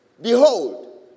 behold